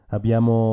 Abbiamo